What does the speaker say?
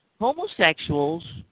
homosexuals